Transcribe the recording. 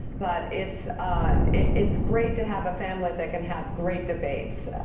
but it's it's great to have a family that can have great debates.